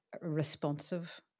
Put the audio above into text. responsive